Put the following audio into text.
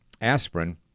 aspirin